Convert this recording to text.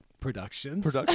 Productions